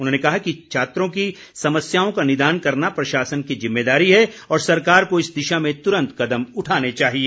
उन्होंने कहा कि छात्रों की समस्याओं का निदान करना प्रशासन की ज़िम्मेदारी है और सरकार को इस दिशा में तुरंत कदम उठाने चाहिएं